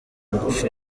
ingufu